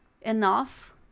enough